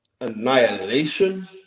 annihilation